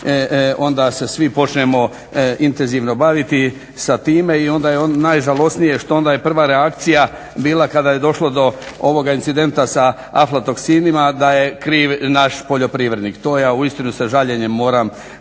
onda se svi počnemo intenzivno baviti sa time i onda je najžalosnije što onda je prva reakcija bila kada je došlo do ovog incidenta sa aflatoksinima da je kriv naš poljoprivrednik. To ja uistinu sa žaljenjem moram